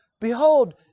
behold